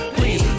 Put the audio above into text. please